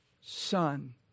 son